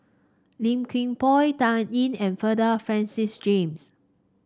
Low Kim Pong Dan Ying and Bernard Francis James